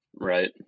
Right